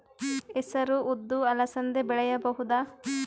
ಹೆಸರು ಉದ್ದು ಅಲಸಂದೆ ಬೆಳೆಯಬಹುದಾ?